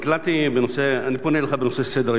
אני פונה אליך בנושא סדר-היום של הכנסת.